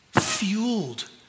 fueled